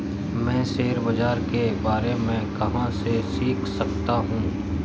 मैं शेयर बाज़ार के बारे में कहाँ से सीख सकता हूँ?